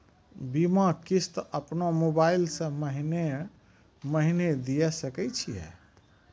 बीमा किस्त अपनो मोबाइल से महीने महीने दिए सकय छियै?